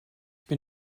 bin